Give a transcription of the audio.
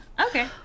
Okay